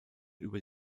über